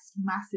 massive